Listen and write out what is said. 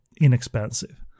inexpensive